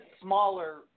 smaller